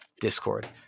discord